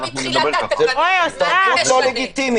מה זה משנה?